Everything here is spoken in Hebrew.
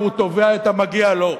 והוא תובע את המגיע לו,